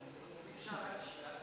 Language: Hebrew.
אפשר שאלה?